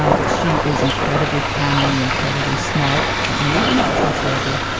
ah but she is incredibly canny, incredibly smart, maybe not trustworthy.